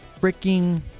freaking